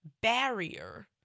barrier